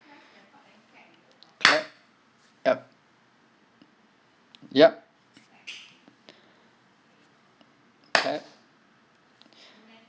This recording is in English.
clap yup yup clap